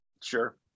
Sure